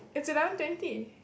it's eleven twenty